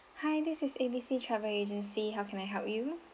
hi this is A B C travel agency how can I help you